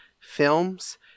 films